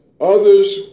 Others